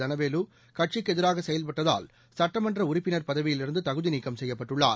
தனவேலு கட்சிக்கு எதிராக செயல்பட்டதால் சட்டமன்ற உறுப்பினர் பதவியிலிருந்து தகுதிநீக்கம் செய்யப்பட்டுள்ளார்